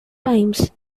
times